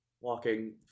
walking